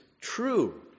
true